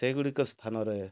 ସେଗୁଡ଼ିକ ସ୍ଥାନରେ